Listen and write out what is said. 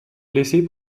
blessée